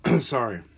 Sorry